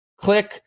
Click